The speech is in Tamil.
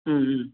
ம் ம்